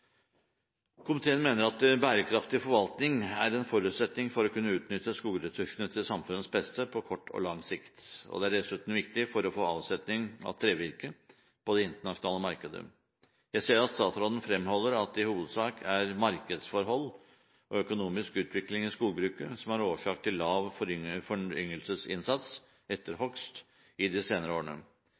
Komiteen mener at bærekraftig forvaltning er en forutsetning for å kunne utnytte skogressursene til samfunnets beste på kort og på lang sikt. Det er dessuten viktig for å få avsetning av trevirke på det internasjonale markedet. Jeg ser at statsråden fremholder at det i hovedsak er markedsforhold og økonomisk utvikling i skogbruket som er årsak til lav foryngelsesinnsats etter hogst i de senere årene.